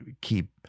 keep